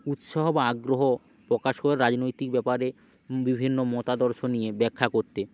উৎসাহ আগ্রহ প্রকাশ করার রাজনৈতিক ব্যাপারে বিভিন্ন মতাদর্শ নিয়ে ব্যাখ্যা করতে